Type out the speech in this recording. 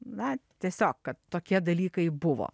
na tiesiog kad tokie dalykai buvo